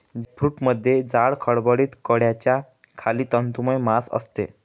जॅकफ्रूटमध्ये जाड, खडबडीत कड्याच्या खाली तंतुमय मांस असते